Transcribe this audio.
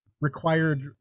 required